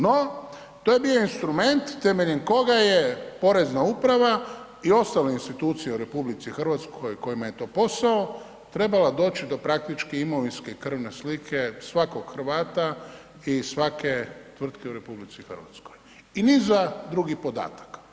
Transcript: No, to je bi instrument temeljem koga je Porezna uprava i ostale institucije u RH kojima je to posao trebala doći do praktički imovinske i krvne slike svakog Hrvata i svake tvrtke u RH i niza drugih podataka.